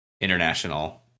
international